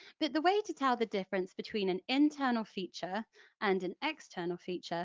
but the way to tell the difference between an internal feature and an external feature